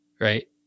right